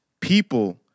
people